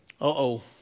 Uh-oh